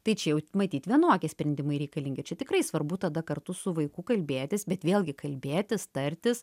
tai čia jau matyt vienokie sprendimai reikalingi čia tikrai svarbu tada kartu su vaiku kalbėtis bet vėlgi kalbėtis tartis